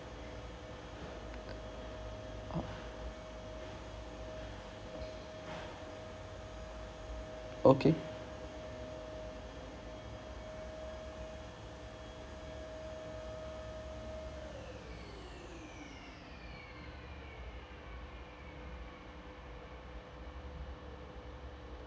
okay